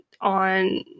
on